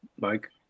Mike